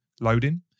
loading